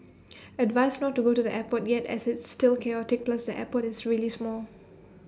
advised not to go to the airport yet as it's still chaotic plus the airport is really small